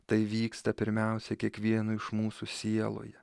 tai vyksta pirmiausia kiekvieno iš mūsų sieloje